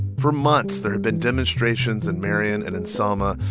for months, there had been demonstrations in marion and in selma.